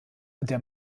der